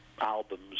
albums